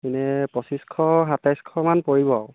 এনেই পঁছিশ সাতাইশ মান পৰিব আৰু